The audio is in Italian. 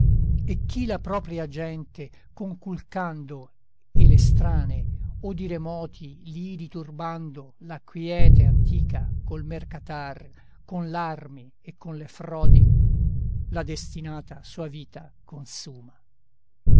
e chi la propria gente conculcando e l'estrane o di remoti lidi turbando la quiete antica col mercatar con l'armi e con le frodi la destinata sua vita consuma